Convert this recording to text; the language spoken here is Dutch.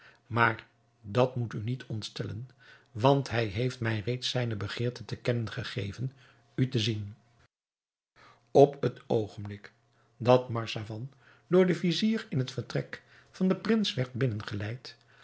maar dat moet u niet ontstellen want hij heeft mij reeds zijne begeerte te kennen gegeven u te zien op het oogenblik dat marzavan door den vizier in het vertrek van den prins werd